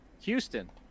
Houston